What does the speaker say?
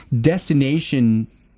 destination